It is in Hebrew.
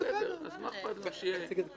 אז מה אכפת לכם שזה יהיה,